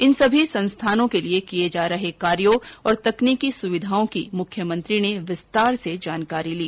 इन सभी संस्थानों में किए जा रहे कार्यों और तकनीकी सुविधाओं की मुख्यमंत्री ने विस्तार से जानकारी ली